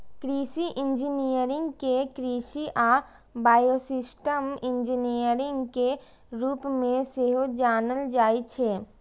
कृषि इंजीनियरिंग कें कृषि आ बायोसिस्टम इंजीनियरिंग के रूप मे सेहो जानल जाइ छै